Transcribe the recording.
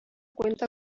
cuenta